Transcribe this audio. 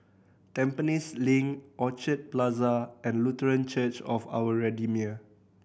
Tampines Link Orchid Plaza and Lutheran Church of Our Redeemer